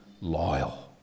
loyal